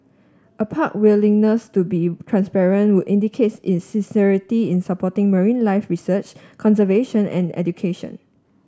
a park willingness to be transparent would indicates its sincerity in supporting marine life research conservation and education